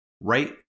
Right